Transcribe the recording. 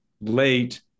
late